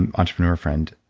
and entrepreneur friend.